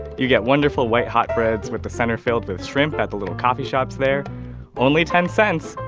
you get wonderful white, hot breads with the center filled with shrimp at the little coffee shops there only ten cents.